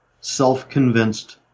self-convinced